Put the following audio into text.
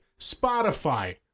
Spotify